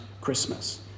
Christmas